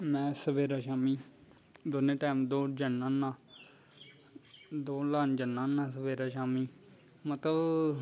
में सवेरै शाम्मी रोज़ दौड़ जन्ना होना दौड़ लान जन्ना होनां सवेरै शाम्मी मतलव